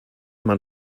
man